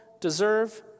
deserve